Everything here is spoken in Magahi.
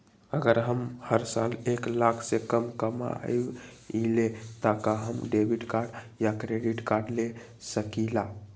अगर हम हर साल एक लाख से कम कमावईले त का हम डेबिट कार्ड या क्रेडिट कार्ड ले सकीला?